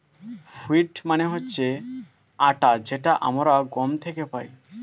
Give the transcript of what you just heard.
wheat মানে হচ্ছে আটা যেটা আমরা গম থেকে পাই